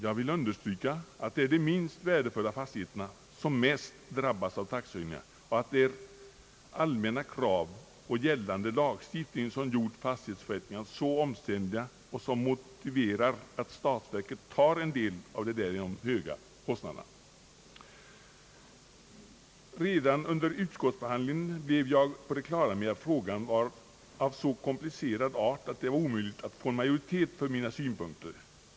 Jag vill understryka att det är de minst värdefulla fastigheterna som mest drabbas av taxehöjningarna, och att det är allmänna krav och gällande lagstiftning som gjort fastighetsförrättningarna så omständliga och som motiverar att statsverket tar en del av de därigenom höga kostnaderna. Redan under utskottsbehandlingen blev jag på det klara med att frågan var så komplicerad att det var omöjligt att få majoritet för mina synpunkter.